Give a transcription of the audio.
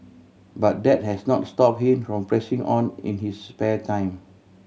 but that has not stop him from pressing on in his spare time